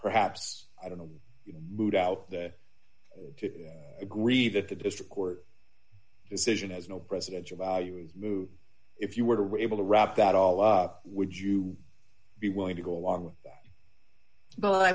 perhaps i don't know the mood out there to agree that the district court decision has no presidential value is moved if you were able to wrap that all up would you be willing to go along with that but i